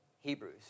Hebrews